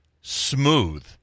smooth